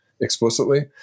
explicitly